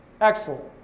Excellent